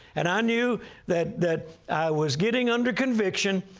and i knew that that i was getting under conviction.